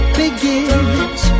begins